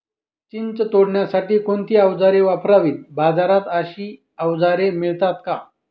चिंच तोडण्यासाठी कोणती औजारे वापरावीत? बाजारात अशी औजारे मिळतात का?